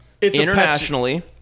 internationally